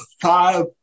five